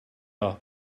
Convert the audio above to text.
off